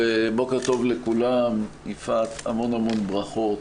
בוקר טוב לכולם, יפעת, המון ברכות.